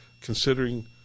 considering